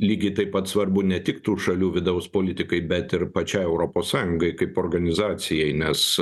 lygiai taip pat svarbu ne tik tų šalių vidaus politikai bet ir pačiai europos sąjungai kaip organizacijai nes